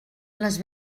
les